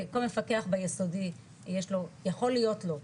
כל מפקח ביסודי יש לו יכול להיות לו,